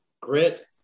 grit